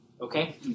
Okay